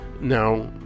now